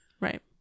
Right